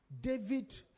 David